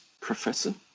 professor